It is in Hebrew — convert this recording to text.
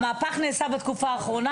המהפך נעשה בתקופה האחרונה,